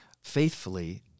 faithfully